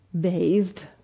bathed